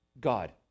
God